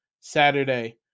Saturday